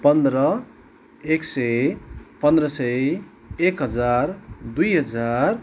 पन्ध्र एक सय पन्ध्र सय एक हजार दुई हजार